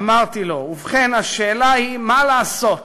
אמרתי לו: ובכן, השאלה היא מה לעשות.